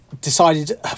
Decided